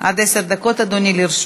עד עשר דקות לרשותך.